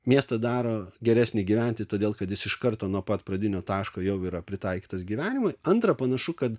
miestą daro geresnį gyventi todėl kad jis iš karto nuo pat pradinio taško jau yra pritaikytas gyvenimui antra panašu kad